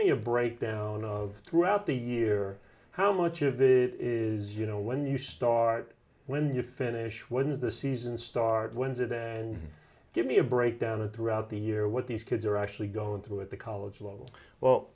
me a breakdown of throughout the year how much you have is you know when you start when you finish when the season started and give me a breakdown of throughout the year what these kids are actually going through at the college level well